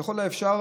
ככל האפשר,